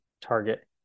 target